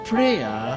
Prayer